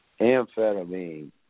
amphetamine